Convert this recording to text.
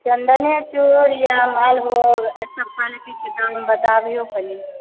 चन्दनेचूर या मालभोग एहि सब क्वालिटीके दाम बताबिऔ कनी